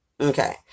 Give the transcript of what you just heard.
okay